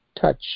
touch